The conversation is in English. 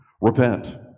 repent